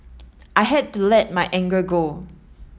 I had to let my anger go